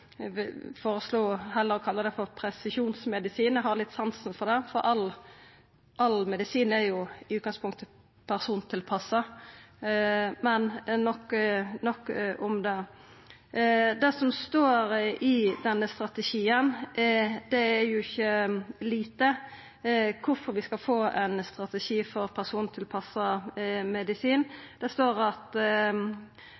heller å kalla det «presisjonsmedisin». Eg har litt sansen for det, for all medisin er jo i utgangspunktet persontilpassa. Men nok om det. Det som står i denne strategien, er jo ikkje lite: kvifor vi skal få ein strategi for persontilpassa medisin.